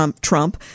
Trump